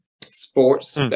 sports